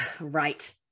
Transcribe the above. right